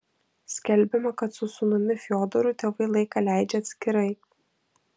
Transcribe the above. skelbiama kad su sūnumi fiodoru tėvai laiką leidžia atskirai